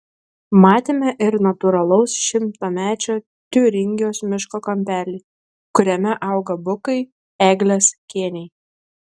matėme ir natūralaus šimtamečio tiuringijos miško kampelį kuriame auga bukai eglės kėniai